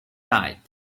night